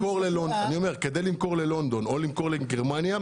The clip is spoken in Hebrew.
כדי למכור ללונדון או למכור לגרמניה,